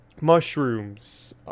mushrooms